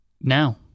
now